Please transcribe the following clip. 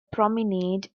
promenade